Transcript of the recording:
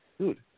dude